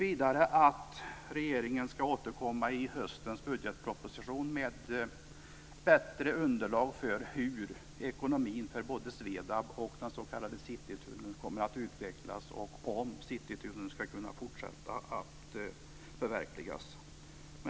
Vidare ska regeringen återkomma i höstens budgetproposition med bättre underlag för hur ekonomin för både Svedab och den s.k. Citytunneln kommer att utvecklas och om Citytunneln ska kunna förverkligas. Fru talman!